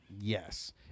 Yes